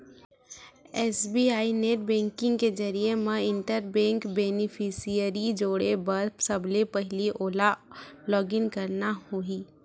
SBI net banking के जरिए म इंटर बेंक बेनिफिसियरी जोड़े बर सबले पहिली ओला लॉगिन करना होही